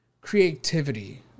creativity